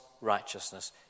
righteousness